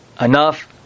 enough